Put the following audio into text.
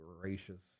gracious